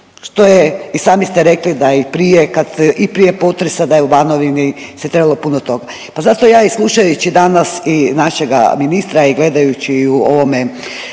što je i sami ste rekli da i prije kad ste, i prije potresa da je u Banovini se trebalo puno toga, pa zato ja i slušajući danas i našega ministra i gledajući u ovome